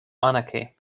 anarchy